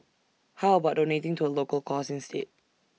how about donating to A local cause instead